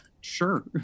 sure